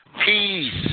peace